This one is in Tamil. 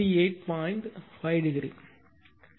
5 டிகிரி